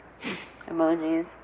Emojis